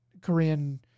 Korean